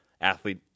athlete